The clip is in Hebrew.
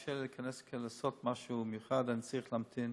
קשה להיכנס ולעשות משהו מיוחד אלא צריך להמתין